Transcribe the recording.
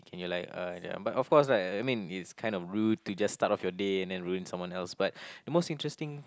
can you like uh ya but of course uh I mean it's kind of rude to just start off your day and then ruin someone else but the most interesting